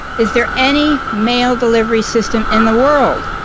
is there any mail delivery system in the world